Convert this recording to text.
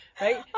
right